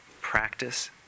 practice